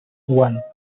one